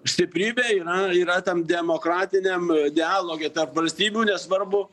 stiprybė yra yra tam demokratiniam dialoge tarp valstybių nesvarbu